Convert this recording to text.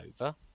over